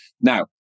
Now